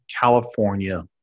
California